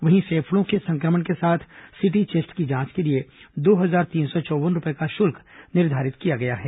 वहीं फेफड़ो के संक्रमण के साथ सिटी चेस्ट की जांच के लिए दो हजार तीन सौ चौव्वन रूपये का शुल्क निर्धारित किया गया है